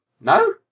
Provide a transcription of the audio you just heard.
No